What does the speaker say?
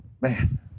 man